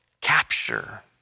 capture